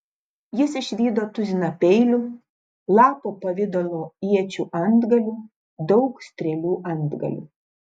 jis išvydo tuziną peilių lapo pavidalo iečių antgalių daug strėlių antgalių